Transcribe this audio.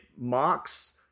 mocks